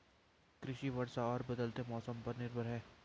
कृषि वर्षा और बदलते मौसम पर निर्भर है